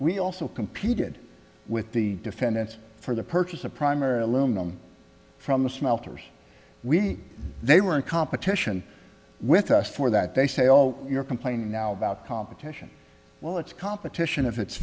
we also competed with the defendants for the purchase of primary aluminum from the smelter we they were in competition with us for that they say oh you're complaining now about competition well it's competition if it's